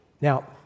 now